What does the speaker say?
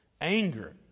anger